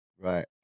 Right